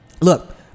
look